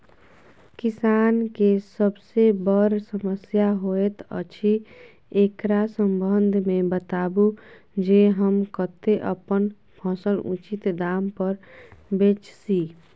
किसान के सबसे बर समस्या होयत अछि, एकरा संबंध मे बताबू जे हम कत्ते अपन फसल उचित दाम पर बेच सी?